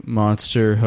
monster